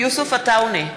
יוסף עטאונה,